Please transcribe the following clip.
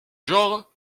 genre